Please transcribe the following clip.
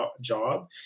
job